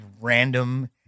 random